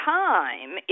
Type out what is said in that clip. time